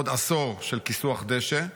עוד עשור של כיסוח דשא,